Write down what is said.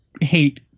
hate